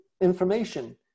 information